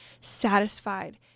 satisfied